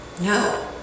No